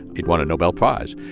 it won a nobel prize.